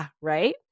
Right